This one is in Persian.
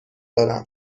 دارم